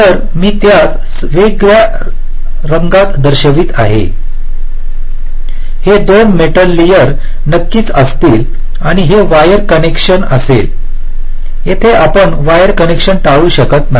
तर मी त्यास वेगळ्या रंगात दर्शवित आहे हे दोन्ही मेटल लेअर नक्कीच असतील आणि हे वायर कनेक्शन असेल येथे आपण वायर कनेक्शन टाळू शकत नाही